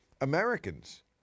Americans